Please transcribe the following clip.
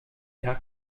bien